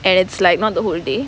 and it's like not the whole day